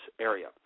area